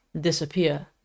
disappear